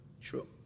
True